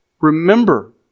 Remember